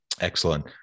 Excellent